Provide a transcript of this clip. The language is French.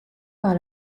par